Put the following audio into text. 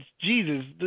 Jesus